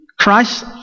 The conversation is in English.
Christ